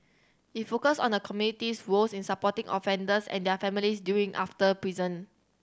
it focus on the community's role in supporting offenders and their families during after prison